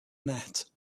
net